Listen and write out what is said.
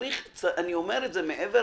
מעבר